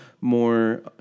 more